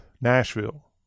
Nashville